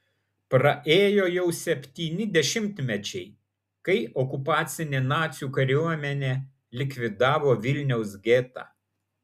praėjo jau septyni dešimtmečiai kai okupacinė nacių kariuomenė likvidavo vilniaus getą